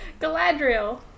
Galadriel